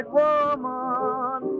woman